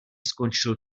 skončil